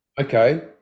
okay